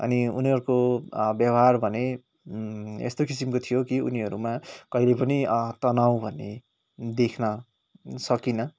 अनि उनीहरूको व्यवहार भने यस्तो किसिमको थियो कि उनीहरूमा कहिले पनि तनाउ भने देख्न सकिनँ